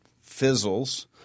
fizzles